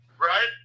Right